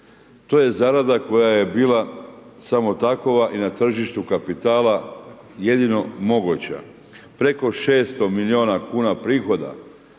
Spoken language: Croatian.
To je zarada koja je bila samo takva i na tržištu kapitala jedino moguća. Preko 600 milijuna kuna prihoda